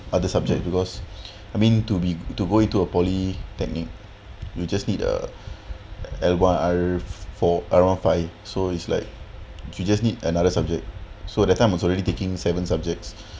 other subject because I mean to be to go into a polytechnic you just need a L one R four around five so it's like you just need another subject so that time was already taking seven subjects